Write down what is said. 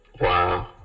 Wow